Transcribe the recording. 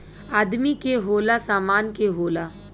आदमी के होला, सामान के होला